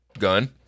gun